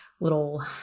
little